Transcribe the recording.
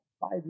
five